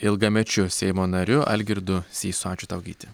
ilgamečiu seimo nariu algirdu sysu ačiū tau gyti